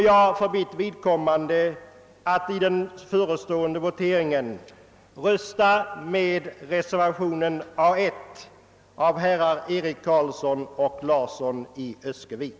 Jag kommer därför att i den förestående voteringen rösta med reservationen 1 av herr Eric Carlsson och herr Larsson i Öskevik.